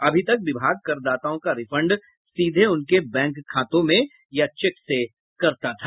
अभी तक विभाग करदाताओं का रिफंड सीधे उनके बैंक खातों में या चैक से करता था